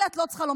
אומרת את זה?